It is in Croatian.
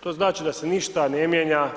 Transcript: To znači da se ništa ne mijenja